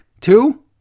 Two